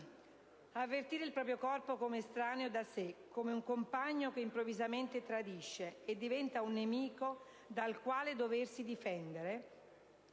Avvertire il proprio corpo come estraneo da sé, come un compagno che improvvisamente tradisce e diventa un nemico dal quale doversi difendere,